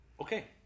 Okay